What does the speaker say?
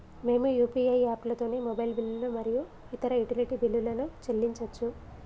మేము యూ.పీ.ఐ యాప్లతోని మొబైల్ బిల్లులు మరియు ఇతర యుటిలిటీ బిల్లులను చెల్లించచ్చు